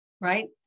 right